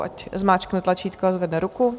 Ať zmáčkne tlačítko a zvedne ruku.